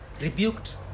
rebuked